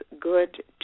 good